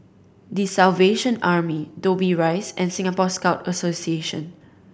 The Salvation Army Dobbie Rise and Singapore Scout Association